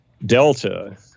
delta